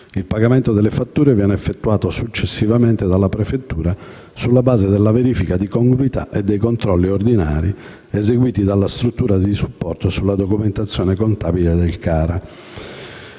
Il pagamento delle fatture viene effettuato successivamente dalla prefettura sulla base della verifica di congruità e dei controlli ordinari eseguiti dalla struttura di supporto sulla documentazione contabile del CARA.